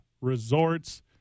resorts